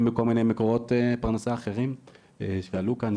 בכל מיני מקורות פרנסה אחרים שעלו כאן,